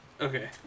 Okay